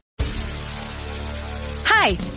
Hi